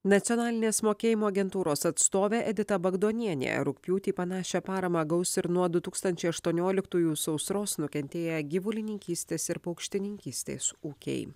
nacionalinės mokėjimo agentūros atstovė edita bagdonienė rugpjūtį panašią paramą gaus ir nuo du tūkstančiai aštuonioliktųjų sausros nukentėję gyvulininkystės ir paukštininkystės ūkiai